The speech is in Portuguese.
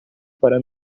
para